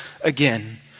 again